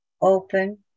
open